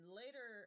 later